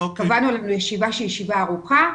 קבענו לכך ישיבה ארוכה.